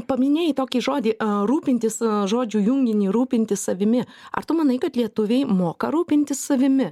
paminėjai tokį žodį a rūpintis žodžiu junginį rūpintis savimi ar tu manai kad lietuviai moka rūpintis savimi